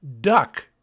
duck